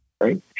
Right